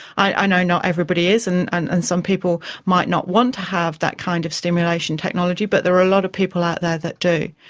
i know not everybody is and and and some people might not want to have that kind of stimulation technology but there are a lot of people out there that do.